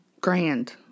Grand